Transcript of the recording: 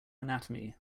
anatomy